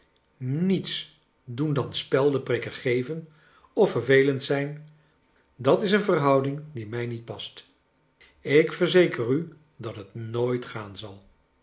niets doen dan speldeprikken geven of vervelend zijn dat is een verhouding die mij niet past ik verzeker u dat het nooit gaan zal